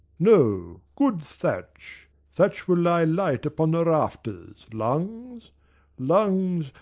no, good thatch thatch will lie light upon the rafters, lungs lungs,